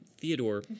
Theodore